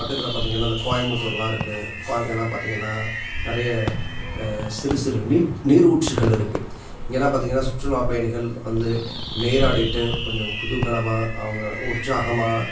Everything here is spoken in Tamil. பக்கத்தில் பார்த்தீங்கன்னா அந்த கோயம்புத்தூரெலாம் இருக்குது பாருங்கன்னால் பார்த்தீங்கன்னா நிறைய சிறு சிறு நீட் நீரூற்றுகள் இருக்குது இங்கெலாம் பாத்தீங்கன்னா சுற்றுலாப் பயணிகள் வந்து நீராடிவிட்டு கொஞ்சம் குதூகலமாக அவங்க உற்சாகமாக